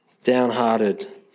downhearted